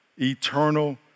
eternal